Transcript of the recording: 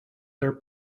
their